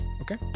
Okay